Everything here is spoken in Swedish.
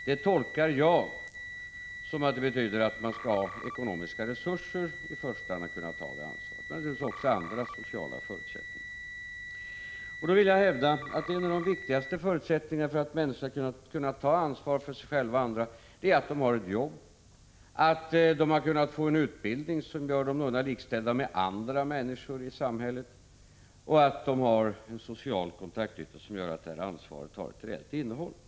Det tolkar jag så, att man i första hand skall ha ekonomiska resurser för att kunna ta det ansvaret — och naturligtvis också andra sociala förutsättningar. Då vill jag hävda att till de viktigaste förutsättningarna för att människor skall kunna ta ansvar för sig själva och andra hör att de har ett jobb, att de har kunnat få utbildning som gör dem någorlunda likställda med andra människor i samhället, och att de har en social kontaktyta som gör att detta ansvar har ett reellt innehåll. Prot.